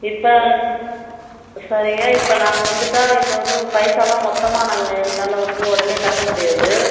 இப்போ சரியாக இப்போ நாங்கள் வந்துட்டால் இப்போ வந்து பைஸாலாம் மொத்தமாக நாங்கள் எங்களால் வந்து உடனே கட்ட முடியாது